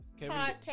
podcast